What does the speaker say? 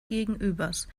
gegenübers